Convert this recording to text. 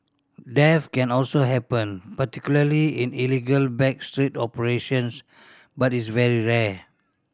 death can also happen particularly in illegal back street operations but is very rare